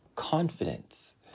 confidence